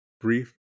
brief